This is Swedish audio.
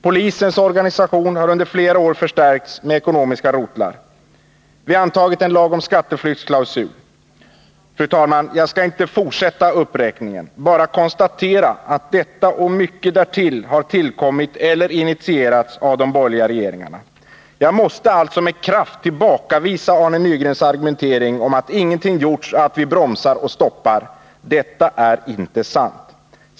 Polisens organisationer har under flera år förstärkts med ekonomiska rotlar. Vi har antagit en lag om skatteflyktsklausul. Fru talman! Jag skall inte fortsätta uppräkningen, utan bara konstatera att detta och mycket därtill har tillkommit eller initierats av de borgerliga regeringarna. Jag måste alltså med kraft tillbakavisa Arne Nygrens argumentering att ingenting gjorts för att bromsa och stoppa den ekonomiska brottsligheten. Detta är inte sant.